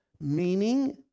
meaning